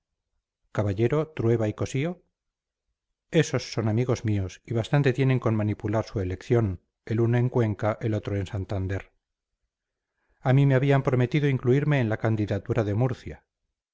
caballero trueba y cossío esos son amigos míos y bastante tienen con manipular su elección el uno en cuenca el otro en santander a mí me habían prometido incluirme en la candidatura de murcia